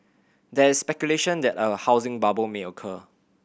there is speculation that a housing bubble may occur